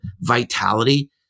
vitality